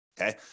okay